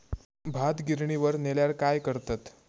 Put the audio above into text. भात गिर्निवर नेल्यार काय करतत?